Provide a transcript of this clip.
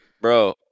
Bro